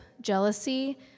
jealousy